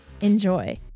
Enjoy